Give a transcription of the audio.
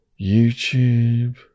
YouTube